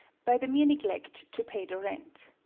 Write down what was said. by the mere neglect to pay the rent.